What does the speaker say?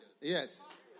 Yes